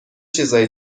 چیزهایی